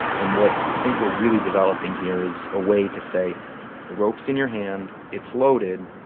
and what i think we're really developing here is a way to say the rope's in your hand. it's loaded.